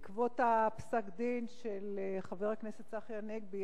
בעקבות פסק-הדין של חבר הכנסת צחי הנגבי,